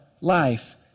life